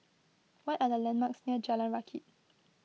what are the landmarks near Jalan Rakit